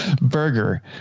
burger